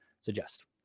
suggest